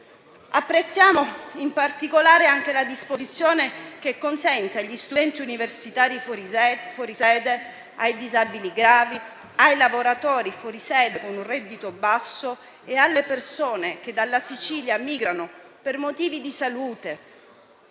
Apprezziamo in particolare anche la disposizione che consente agli studenti universitari fuori sede, ai disabili gravi, ai lavoratori fuori sede con un reddito basso e alle persone che dalla Sicilia migrano per motivi di salute e